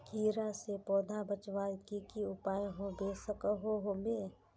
कीड़ा से पौधा बचवार की की उपाय होबे सकोहो होबे?